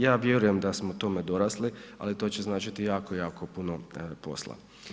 Ja vjerujem da smo tome dorasli, ali to će značiti jako, jako puno posla.